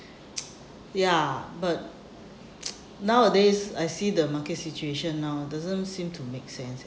ya but nowadays I see the market situation now doesn't seem to make sense